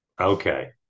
Okay